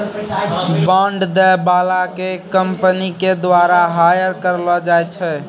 bond दै बाला के कंपनी के द्वारा हायर करलो जाय छै